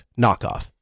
knockoff